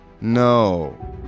No